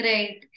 Right